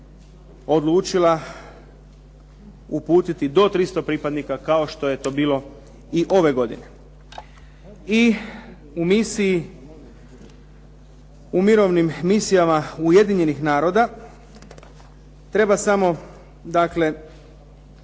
odlučila uputiti do 300 pripadnika kao što je to bilo i ove godine. I u misiji u mirovnim misijama Ujedinjenih naroda treba samo dakle,